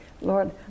Lord